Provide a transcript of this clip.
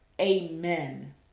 amen